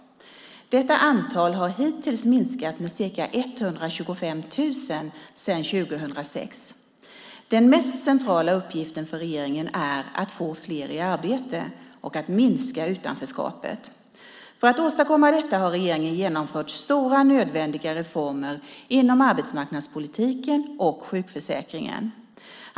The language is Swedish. Detta antal har hittills minskat med ca 125 000 sedan 2006. Den mest centrala uppgiften för regeringen är att få fler i arbete och att minska utanförskapet. För att åstadkomma detta har regeringen genomfört stora nödvändiga reformer inom arbetsmarknadspolitiken och sjukförsäkringen.